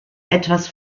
etwas